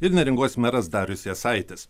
ir neringos meras darius jasaitis